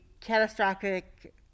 catastrophic